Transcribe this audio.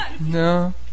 No